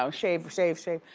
so shave, shave, shave.